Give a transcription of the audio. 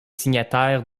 signataires